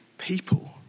People